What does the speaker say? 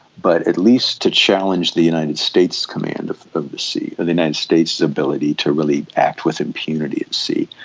but at least to challenge the united states' command of of the sea, the united states' ability to really act with impunity at sea.